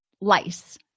lice